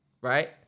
Right